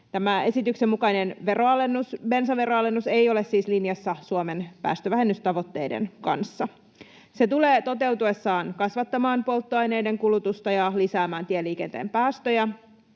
Tämä esityksen mukainen bensaveroalennus ei ole siis linjassa Suomen päästövähennystavoitteiden kanssa. Se tulee toteutuessaan kasvattamaan polttoaineiden kulutusta ja lisäämään tieliikenteen päästöjä.